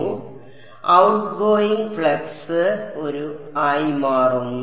അതിനാൽ outgoing flux ഒരു ആയി മാറുന്നു